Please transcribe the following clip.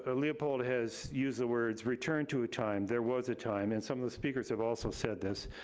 ah leopold has used the words return to a time. there was a time, and some of the speakers have also said this.